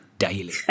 Daily